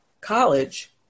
college